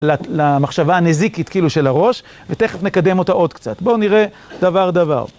למחשבה הנזיקית כאילו של הראש, ותכף נקדם אותה עוד קצת. בואו נראה דבר דבר.